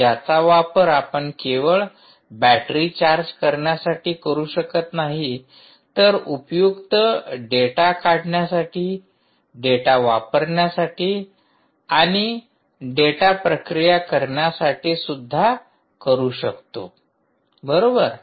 ज्याचा वापर आपण केवळ बॅटरी चार्ज करण्यासाठी करू शकत नाही तर उपयुक्त डेटा काढण्यासाठी डेटा वापरण्यासाठी आणि डेटा प्रक्रिया करण्यासाठी सुद्धा बरोबर